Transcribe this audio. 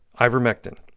ivermectin